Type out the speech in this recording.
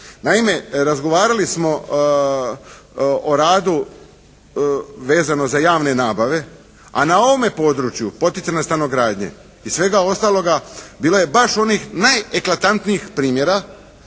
Naime, razgovarali smo o radu vezano za javne nabave a na ovome području poticajne stanogradnje i svega ostaloga bilo je baš onih najeklatantnijih primjera